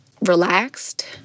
relaxed